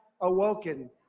awoken